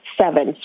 seven